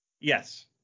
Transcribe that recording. Yes